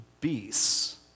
beasts